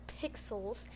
pixels